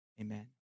Amen